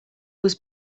was